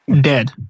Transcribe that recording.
Dead